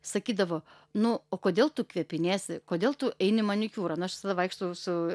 sakydavo nu o kodėl tu kvėpiniesi kodėl tu eini manikiūro nu aš visada vaikštau su